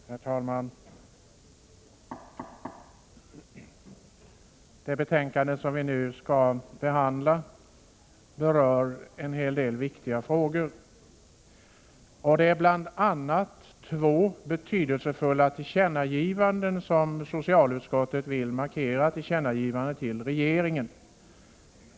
Herr talman! Det betänkande vi nu skall behandla berör en hel del viktiga frågor, och det innehåller bl.a. två betydelsefulla tillkännagivanden till regeringen.